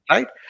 Right